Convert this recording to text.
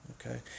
okay